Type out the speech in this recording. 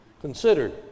considered